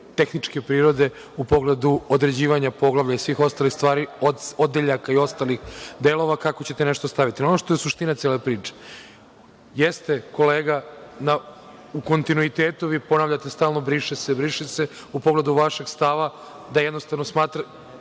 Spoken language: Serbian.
tehničke prirode u pogledu određivanja poglavlja i svih ostalih stvari, odeljaka i ostalih delova kako ćete nešto staviti. Ono što je suština cele priče, jeste, kolega, vi u kontinuitetu ponavljate stalno „briše se“, u pogledu vašeg stava, vašeg političkog stava